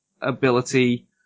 ability